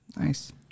Nice